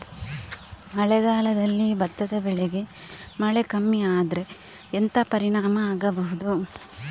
ಮಳೆಗಾಲದಲ್ಲಿ ಭತ್ತದ ಬೆಳೆಗೆ ಮಳೆ ಕಮ್ಮಿ ಆದ್ರೆ ಎಂತ ಪರಿಣಾಮ ಆಗಬಹುದು?